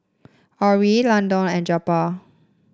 Orrie Landon and Jeptha